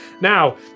Now